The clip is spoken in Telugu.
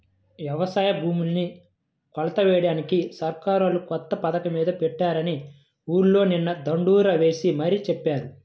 యవసాయ భూముల్ని కొలతలెయ్యడానికి సర్కారోళ్ళు కొత్త పథకమేదో పెట్టారని ఊర్లో నిన్న దండోరా యేసి మరీ చెప్పారు